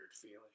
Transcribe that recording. feeling